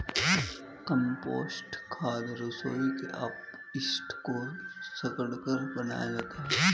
compost खाद रसोई के अपशिष्ट को सड़ाकर बनाया जाता है